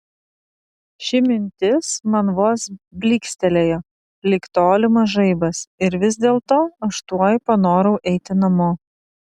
ši mintis man vos blykstelėjo lyg tolimas žaibas ir vis dėlto aš tuoj panorau eiti namo